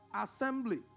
assembly